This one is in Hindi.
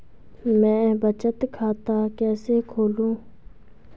मैं बचत खाता कैसे खोलूँ?